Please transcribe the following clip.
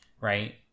right